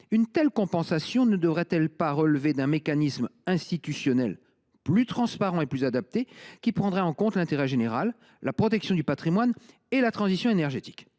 Une telle compensation ne devrait elle pas relever d’un mécanisme institutionnel plus transparent et plus adapté, qui prendrait en compte l’intérêt général, la protection du patrimoine et la transition énergétique ?